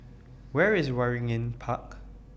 Where IS Waringin Park